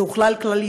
זהו חג כלל-יהודי,